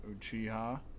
Uchiha